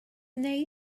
wnei